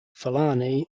fulani